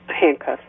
handcuffs